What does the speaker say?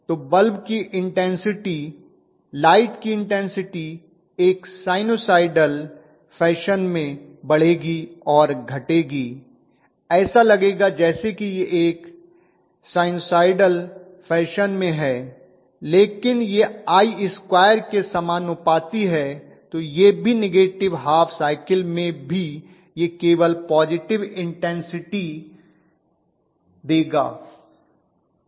तो बल्ब की intensity light की इन्टेन्सिटी एक साइनसॉइडल फैशन में बढ़ेगी और घटेगी ऐसा लगेगा जैसे कि यह एक साइनसॉइडल फैशन में है लेकिन यह I2 के समानुपाती है तो यह भी नेगेटिव हाफ साइकिल में भी यह केवल पाज़िटिव इन्टेन्सिटी देगा